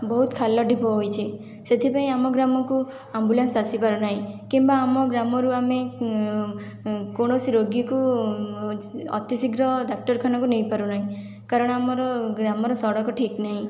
ବହୁତ ଖାଲଢ଼ିପ ହୋଇଛି ସେଥିପାଇଁ ଆମ ଗ୍ରାମକୁ ଆମ୍ବୁଲାନ୍ସ ଆସିପାରୁନାହିଁ କିମ୍ବା ଆମ ଗ୍ରାମରୁ ଆମେ କୌଣସି ରୋଗୀକୁ ଅତି ଶୀଘ୍ର ଡାକ୍ତରଖାନାକୁ ନେଇପାରୁନାହିଁ କାରଣ ଆମ ଗ୍ରାମର ସଡ଼କ ଠିକ ନାହିଁ